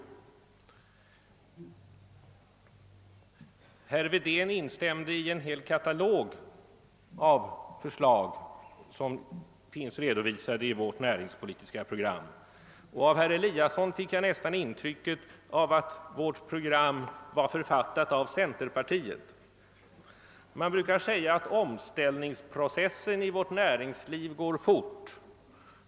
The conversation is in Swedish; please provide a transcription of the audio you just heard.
Herr Wedén instämde i en hel mängd av de förslag som redovisas i vårt närings politiska program, och av herr Eliasson fick jag nästan intrycket att vårt program författats av centerpartiet. Man brukar säga att omställningsprocessen i näringslivet går fort.